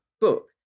book